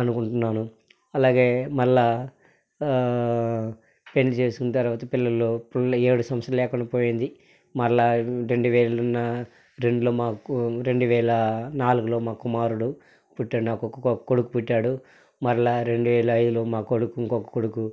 అనుకుంటున్నాను అలాగే మళ్ళా పెళ్లి చేసిన తర్వాత పిల్లలు ఏడు సంవత్సరాలు లేకుండా పోయింది మళ్ళా రెండు వేలున రెండులో మాకు రెండు వేల నాలుగులో మా కుమారుడు పుట్టాడు నాకు ఒక కొడుకు పుట్టాడు మళ్ళా రెండు వేల ఐదులో మా కొడుకు ఇంకొక్క కొడుకు